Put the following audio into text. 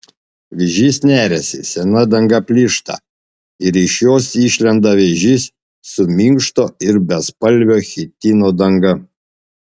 vėžys neriasi sena danga plyšta ir iš jos išlenda vėžys su minkšto ir bespalvio chitino danga